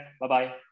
Bye-bye